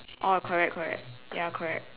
oh correct correct ya correct